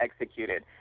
executed